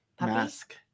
mask